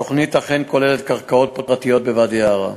התוכנית אכן כוללת קרקעות פרטיות בוואדי-עארה,